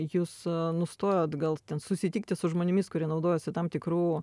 jūs nustojat gal ten susitikti su žmonėmis kurie naudojasi tam tikru